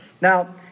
Now